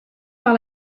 par